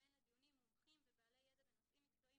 נאמר שהיא רשאית לזמן לדיונים מומחים ובעלי ידע בנושאים מקצועיים